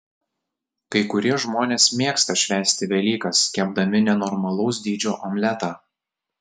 kai kurie žmonės mėgsta švęsti velykas kepdami nenormalaus dydžio omletą